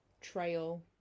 trail